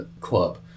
club